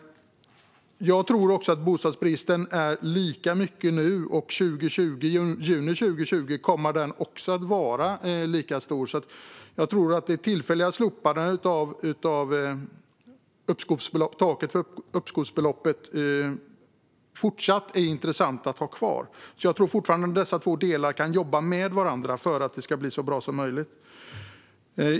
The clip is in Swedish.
Jag tror också att bostadsbristen kommer att vara lika stor i juni 2020 som den är nu. Jag tror därför att det tillfälliga slopandet av taket för uppskovsbeloppet är intressant att ha kvar. Jag tror fortfarande att dessa två delar kan jobba med varandra för att det ska bli så bra som möjligt.